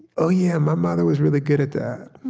oh, yeah. my mother was really good at that.